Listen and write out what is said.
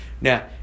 Now